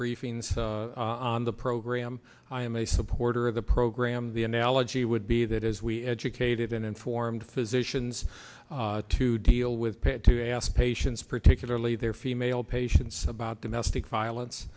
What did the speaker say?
briefings on the program i am a supporter of the program the analogy would be that as we educated and informed physicians to deal with paid to ask patients particularly their female patients domestic violence